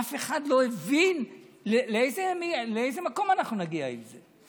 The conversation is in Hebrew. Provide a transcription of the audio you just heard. אף אחד לא הבין לאיזה מקום אנחנו נגיע עם זה.